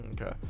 Okay